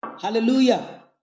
Hallelujah